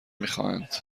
میخواهند